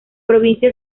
provincia